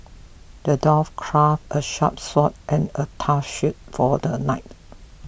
the dwarf crafted a sharp sword and a tough shield for the knight